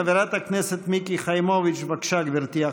חברת הכנסת מיקי חיימוביץ', בבקשה, גברתי.